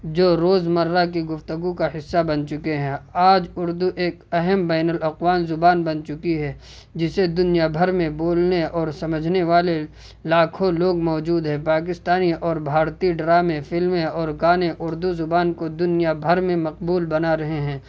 جو روز مرہ کی گفتگو کا حصہ بن چکے ہیں آج اردو ایک اہم بین الاقوام زبان بن چکی ہے جسے دنیا بھر میں بولنے اور سمجھنے والے لاکھوں لوگ موجود ہے پاکستانی اور بھارتی ڈرامے فلمیں اور گانے اردو زبان کو دنیا بھر میں مقبول بنا رہے ہیں